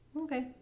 Okay